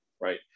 right